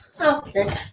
Okay